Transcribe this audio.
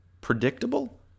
predictable